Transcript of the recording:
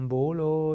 Bolo